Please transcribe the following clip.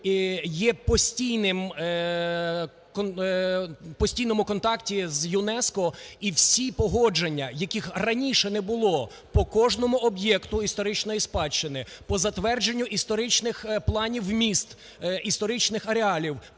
в постійному контакті з ЮНЕСКО. І всі погодження, яких раніше не було по кожному об'єкту історичної спадщини, по затвердженню історичних планів міст, історичних ареалів,